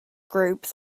groups